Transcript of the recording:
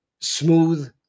smooth